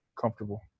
comfortable